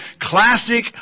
classic